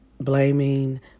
blaming